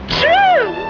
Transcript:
true